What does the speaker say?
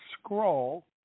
scroll